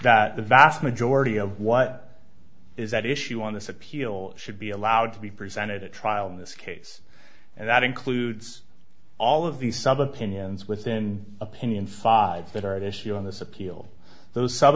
that the vast majority of what is at issue on this appeal should be allowed to be presented at trial in this case and that includes all of these sub opinions within opinion sides that are at issue in this appeal those sub